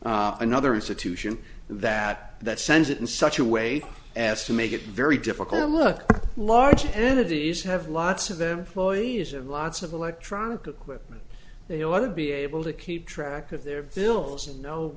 mae another institution that that sends it in such a way as to make it very difficult to look at large entities have lots of them lawyers have lots of electronic equipment they ought to be able to keep track of their bills and know